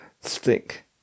stick